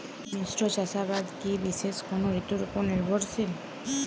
মিশ্র চাষাবাদ কি বিশেষ কোনো ঋতুর ওপর নির্ভরশীল?